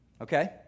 Okay